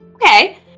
Okay